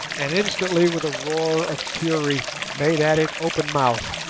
and instantly with a roar of fury made at it open-mouthed.